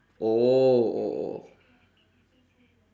oh oh oh oh